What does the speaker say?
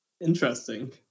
Interesting